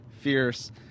fierce